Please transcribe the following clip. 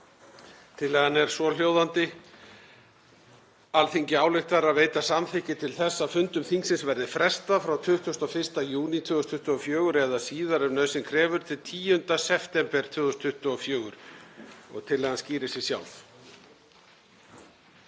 Tillagan er svohljóðandi: Alþingi ályktar að veita samþykki til þess að fundum þingsins verði frestað frá 21. júní 2024, eða síðar ef nauðsyn krefur, til 10. september 2024. Tillagan skýrir sig sjálf.